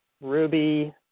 Ruby